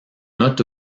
note